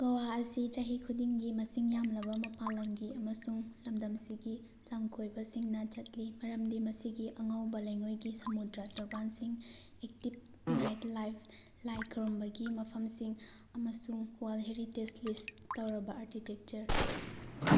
ꯒꯣꯋꯥ ꯑꯁꯤ ꯆꯍꯤ ꯈꯨꯗꯤꯡꯒꯤ ꯃꯁꯤꯡ ꯌꯥꯝꯂꯕ ꯃꯄꯥꯜ ꯂꯝꯒꯤ ꯑꯃꯁꯨꯡ ꯂꯝꯗꯝꯁꯤꯒꯤ ꯂꯝꯀꯣꯏꯕꯁꯤꯡꯅ ꯆꯠꯂꯤ ꯃꯔꯝꯗꯤ ꯃꯁꯤꯒꯤ ꯑꯉꯧꯕ ꯂꯩꯉꯣꯏꯒꯤ ꯁꯃꯨꯗ꯭ꯔ ꯇꯣꯔꯕꯥꯟꯁꯤꯡ ꯑꯦꯛꯇꯤꯚ ꯅꯥꯏꯠ ꯂꯥꯏꯐ ꯂꯥꯏ ꯈꯨꯔꯨꯝꯕꯒꯤ ꯃꯐꯝꯁꯤꯡ ꯑꯃꯁꯨꯡ ꯋꯥꯔꯜ ꯍꯦꯔꯤꯇꯦꯖ ꯂꯤꯁ ꯇꯧꯔꯕ ꯑꯥꯔꯀꯤꯇꯦꯛꯆꯔ